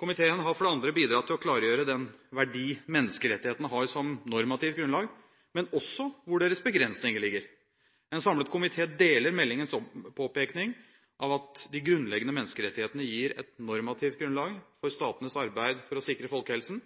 Komiteen har for det andre bidratt til å klargjøre den verdi menneskerettighetene har som normativt grunnlag, men også hvor deres begrensningene ligger. En samlet komité deler meldingens påpekning av at de grunnleggende menneskerettighetene gir et normativt grunnlag for statenes arbeid for å sikre folkehelsen,